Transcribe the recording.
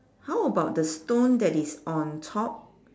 how about the stone that is on top